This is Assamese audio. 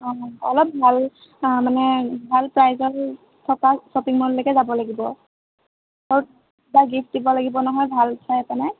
অঁ অলপ ভাল মানে ভাল প্ৰাইজৰ থকা শ্বপিং মললৈকে যাব লাগিব আৰু কিবা গিফ্ট দিব লাগিব নহয় ভাল চাই পেলাই